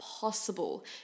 possible